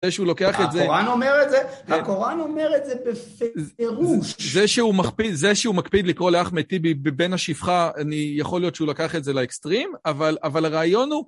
זה שהוא לוקח את זה. הקוראן אומר את זה, הקוראן אומר את זה בפירוש. זה שהוא מקפיד לקרוא לאח מטיבי בבין השפחה, אני יכול להיות שהוא לקח את זה לאקסטרים, אבל אבל הרעיון הוא...